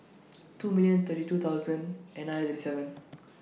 two million thirty two thousand nine hundred thirty seven